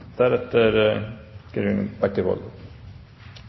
deretter kan det